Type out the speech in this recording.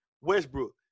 Westbrook